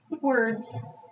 Words